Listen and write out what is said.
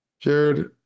Jared